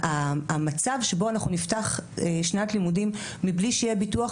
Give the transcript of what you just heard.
המצב שבו אנחנו נפתח שנת לימודים מבלי שיהיה ביטוח,